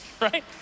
right